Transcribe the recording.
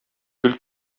гел